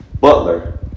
Butler